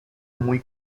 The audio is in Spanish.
muy